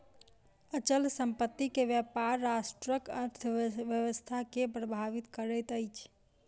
अचल संपत्ति के व्यापार राष्ट्रक अर्थव्यवस्था के प्रभावित करैत अछि